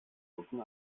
rücken